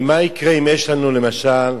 ומה יקרה אם יש לנו, למשל,